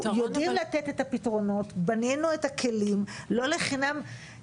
הפתרון אבל --- שרת ההתיישבות והמשימות הלאומיות